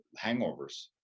hangovers